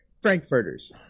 Frankfurters